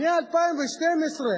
מ-2012,